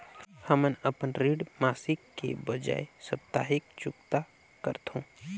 हमन अपन ऋण मासिक के बजाय साप्ताहिक चुकता करथों